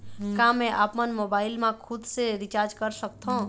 का मैं आपमन मोबाइल मा खुद से रिचार्ज कर सकथों?